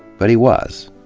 but he was.